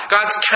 God's